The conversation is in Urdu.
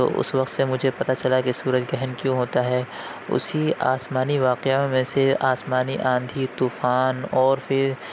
تو اُس وقت سے مجھے پتہ چلا کہ سورج گرہن کیوں ہوتا ہے اُسی آسمانی واقعوں میں سے آسمانی آندھی طوفان اور پھر